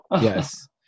Yes